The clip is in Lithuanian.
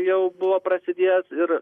jau buvo prasidėjęs ir